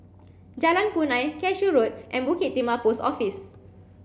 Jalan Punai Cashew Road and Bukit Timah Post Office